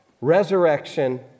resurrection